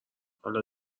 حالا